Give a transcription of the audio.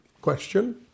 question